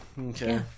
Okay